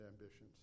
ambitions